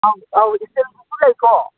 ꯑꯧ ꯑꯧ ꯏꯁꯇꯤꯜꯒꯤꯁꯨ ꯂꯩꯀꯣ